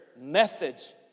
methods